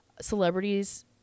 celebrities